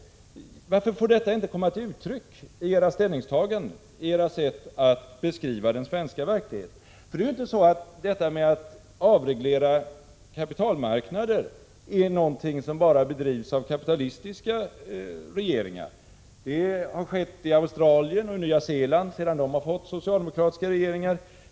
Varför får detta inte komma till uttryck i era ställningstaganden, i ert sätt att beskriva den svenska verkligheten? Det är ju inte så, att avreglering av kapitalmarknader är någonting som bara bedrivs av kapitalistiska regeringar. Det har skett i Australien och Nya Zeeland, sedan dessa länder har fått socialdemokratiska regeringar.